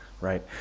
Right